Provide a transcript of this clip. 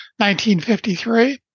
1953